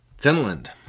Finland